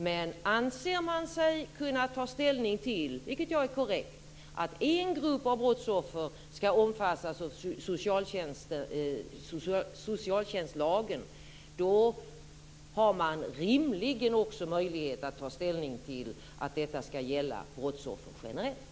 Men anser man sig kunna ta ställning till, vilket jag tycker är korrekt, att en grupp av brottsoffer skall omfattas av socialtjänstlagen har man rimligen också möjlighet att ta ställning till att detta skall gälla brottsoffer generellt.